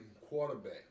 quarterback